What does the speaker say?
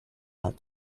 out